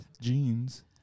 jeans